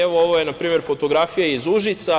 Evo, ovo je npr. fotografija iz Užica.